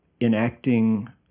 enacting